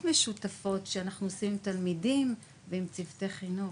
משותפות שאנחנו עושים עם תלמידים ועם צוותי חינוך,